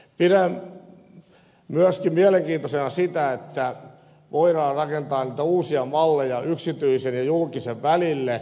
pidän myöskin mielenkiintoisena sitä että voidaan rakentaa uusia malleja yksityisen ja julkisen välille